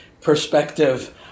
perspective